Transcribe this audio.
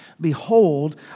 Behold